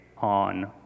on